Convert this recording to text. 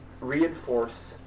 reinforce